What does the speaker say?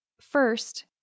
First